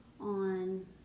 on